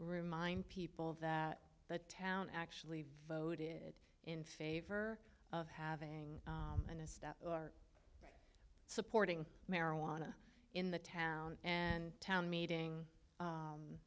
remind people that the town actually voted in favor of having an a stop supporting marijuana in the town and town meeting